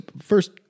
first